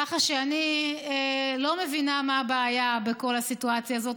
ככה שאני לא מבינה מה הבעיה בכל הסיטואציה הזאת.